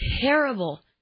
terrible